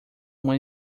uma